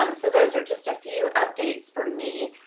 um so those are just a few updates for me.